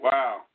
Wow